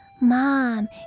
Mom